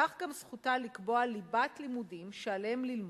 כך גם זכותה לקבוע ליבת לימודים שעליהם ללמוד,